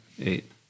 Eight